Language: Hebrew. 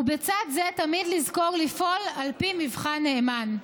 ובצד זה תמיד לזכור לפעול על פי מבחן נאמן.